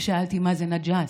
ושאלתי מה זה נג'אס,